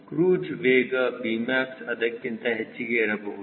cruise ವೇಗ Vmax ಅದಕ್ಕಿಂತ ಹೆಚ್ಚಿಗೆ ಇರಬಹುದು